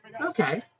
Okay